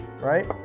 right